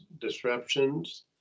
disruptions